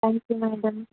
thank you madam